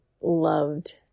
loved